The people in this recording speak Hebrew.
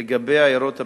לגבי עיירות הפיתוח,